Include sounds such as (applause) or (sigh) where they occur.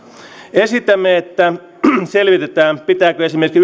esitämme että selvitetään pitääkö esimerkiksi (unintelligible)